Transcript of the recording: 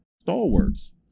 stalwarts